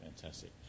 Fantastic